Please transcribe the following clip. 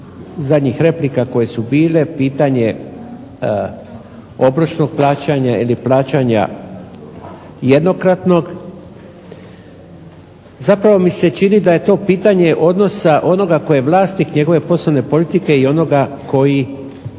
zadnjih replika koje su bile, pitanje obročnog plaćanja ili plaćanja jednokratnog. Zapravo mi se čini da je to pitanje odnosa onoga koji je vlasnik njegove poslovne politike i onoga koji